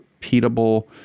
repeatable